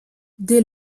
dès